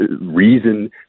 reason